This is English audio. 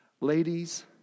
Ladies